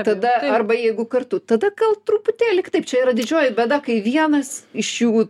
tada arba jeigu kartu tada gal truputėlį kitaip čia yra didžioji bėda kai vienas iš jų